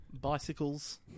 bicycles